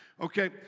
Okay